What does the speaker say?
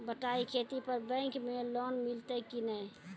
बटाई खेती पर बैंक मे लोन मिलतै कि नैय?